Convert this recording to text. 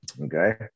Okay